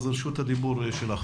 רשות הדיבור שלך.